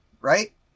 right